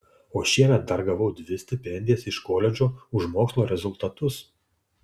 o šiemet dar gavau dvi stipendijas iš koledžo už mokslo rezultatus